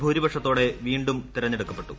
ഭൂരിപക്ഷത്തോടെ വ്യൂണ്ട്ടുർ തെരഞ്ഞെടുക്കപ്പെട്ടു